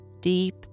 deep